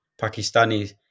Pakistanis